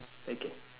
okay